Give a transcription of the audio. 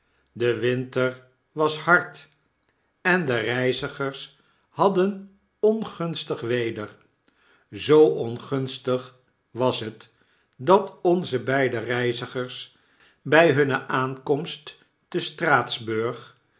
de winter was hard en de reizigers hadden ongunstig weder zoo ongunstig was het dat onze beide reizigers by hunne aankomst te